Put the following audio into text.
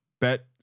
bet